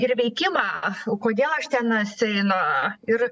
ir veikimą kodėl aš tenais einu ir